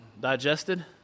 digested